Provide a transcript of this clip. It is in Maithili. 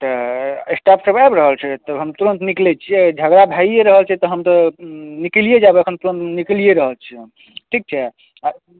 तऽ स्टाफ़सभ आबि रहल छै तब हम तुरन्त निकलै छिए झगड़ा भैए रहल छै तहन तऽ निकलिए जाएब जखन एखन तुरन्त निकलिए रहल छी हम ठीक छै